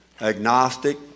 Agnostic